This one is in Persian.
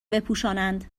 بپوشانند